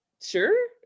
sure